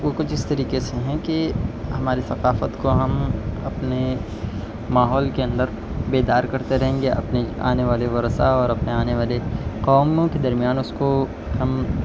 وہ کچھ اس طریقے سے ہیں کہ ہماری ثقافت کو ہم اپنے ماحول کے اندر بیدار کرتے رہیں گے اپنے آنے والے ورثہ اور اپنے آنے والے قوموں کے درمیان اس کو ہم